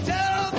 Tell